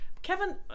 Kevin